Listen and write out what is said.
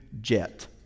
jet